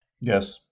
yes